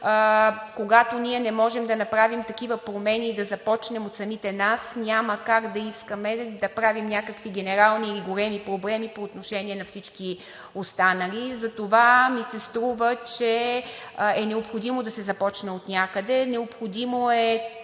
Когато ние не можем да направим такива промени и да започнем от самите нас, няма как да искаме да правим някакви генерални или големи промени по отношение на всички останали. Затова ми се струва, че е необходимо да се започне отнякъде. Необходимо е